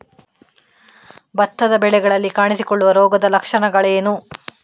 ಭತ್ತದ ಬೆಳೆಗಳಲ್ಲಿ ಕಾಣಿಸಿಕೊಳ್ಳುವ ರೋಗದ ಲಕ್ಷಣಗಳೇನು?